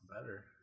better